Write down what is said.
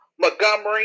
Montgomery